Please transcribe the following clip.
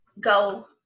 go